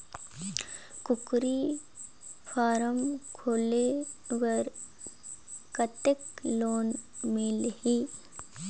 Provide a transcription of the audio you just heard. कूकरी फारम खोले बर कतेक लोन मिलही?